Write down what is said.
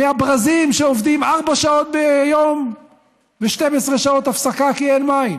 מהברזים שעובדים ארבע שעות ביום ו-12 שעות הפסקה כי אין מים.